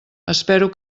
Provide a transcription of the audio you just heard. espero